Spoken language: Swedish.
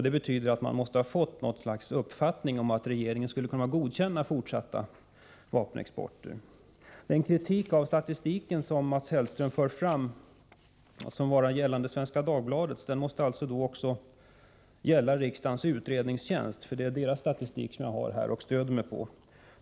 Det betyder att man måste ha fått något slags uppfattning om att regeringen skulle kunna godkänna fortsatta vapenexporter. Den kritik av statistiken som Mats Hellström för fram såsom gällande Svenska Dagbladets statistik måste gälla också riksdagens utredningstjänst. Det är nämligen dess statistik som jag har här och som jag stödjer mig på.